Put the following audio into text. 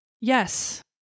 Yes